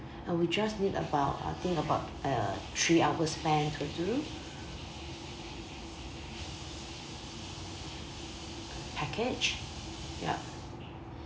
uh we just need about I think about uh three hours plan will do package yup